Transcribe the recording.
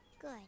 Good